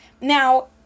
Now